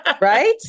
right